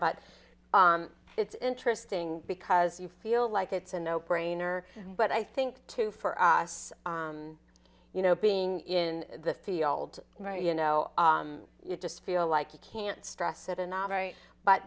but it's interesting because you feel like it's a no brainer but i think too for us you know being in the field right you know you just feel like you can't stress it enough right but